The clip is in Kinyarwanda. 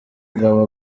umugabo